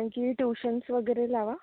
आणखी ट्यूशन्स वगैरे लावा